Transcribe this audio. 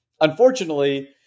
Unfortunately